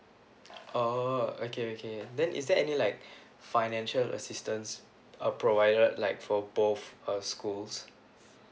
oh okay okay then is there any like financial assistance uh provided like for both uh schools